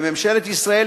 לממשלת ישראל,